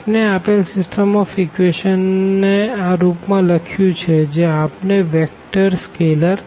આપણે આ આપેલ સીસ્ટમ ઓફ ઇકવેશન ને આ રૂપ માં લખ્યું છે જ્યાં આપણે વેક્ટર સ્કેલર